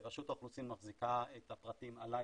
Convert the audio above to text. רשות האוכלוסין מחזיקה את הפרטים עליי